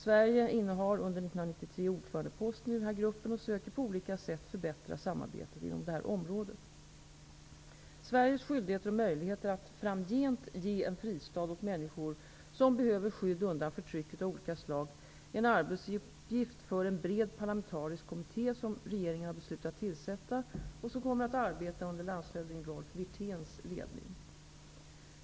Sverige innehar under 1993 ordförandeposten i denna grupp och söker på olika sätt förbättra samarbetet inom detta område. Sveriges skyldigheter och möjligheter att framgent ge en fristad åt människor som behöver skydd undan förtryck av olika slag är en arbetsuppgift för en bred parlamentarisk kommitté som regeringen har beslutat tillsätta och som kommer att arbeta under landshövding Rolf Wirténs ledning.